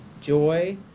Joy